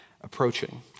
approaching